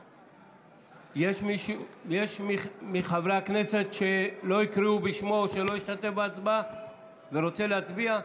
יש מי מחברי הכנסת שלא קראו בשמו או שלא השתתף בהצבעה ורוצה להצביע?